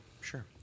Sure